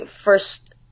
first